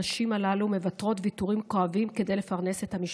הנשים הללו מוותרות ויתורים כואבים כדי לפרנס את המשפחה.